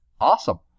awesome